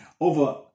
Over